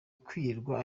kwirirwa